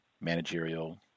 Managerial